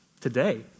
today